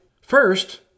First